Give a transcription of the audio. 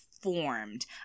formed